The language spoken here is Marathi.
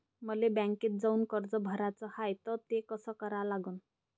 मले बँकेत जाऊन कर्ज भराच हाय त ते कस करा लागन?